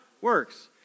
Works